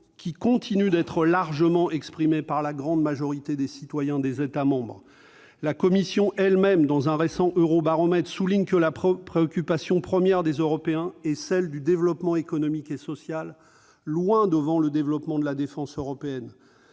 qui continuent d'être largement exprimées par la grande majorité des citoyens des États membres ? Dans un récent eurobaromètre, la Commission souligne elle-même que la préoccupation première des Européens est celle du développement économique et social, loin devant le développement de la défense européenne.